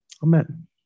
Amen